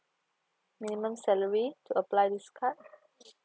minimum salary to apply this card